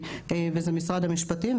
וזה משרד המשפטים,